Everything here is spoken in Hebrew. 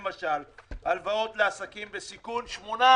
למשל, הלוואות לעסקים בסיכון 8%,